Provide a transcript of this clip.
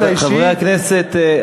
אם הוא מאבד את הכבוד האישי, חברי הכנסת.